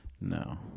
No